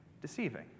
deceiving